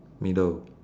middle